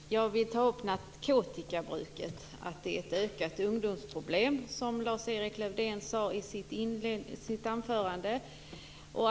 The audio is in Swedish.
Fru talman! Jag vill ta upp narkotikabruket, vilket - som Lars-Erik Lövdén sade i sitt anförande - är ett ökande ungdomsproblem.